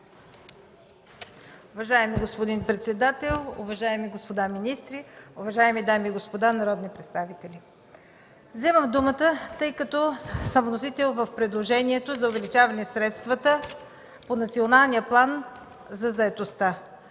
Уважаеми господин председател, уважаеми господа министри, уважаеми дами и господа народни представители! Вземам думата, тъй като съм вносител в предложението за увеличаване на средствата по Националния план за заетостта,